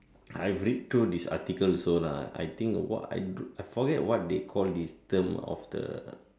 I read through this article also I think what I drew I forget what they call this term of the